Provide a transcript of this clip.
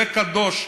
זה קדוש,